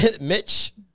Mitch